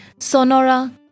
Sonora